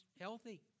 healthy